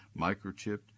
microchipped